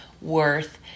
worth